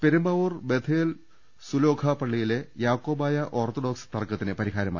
Perumbavoor Bethel Sulokha പള്ളിയിലെ Yakobaya Orthodox തർക്കത്തിന് പരിഹാരമായി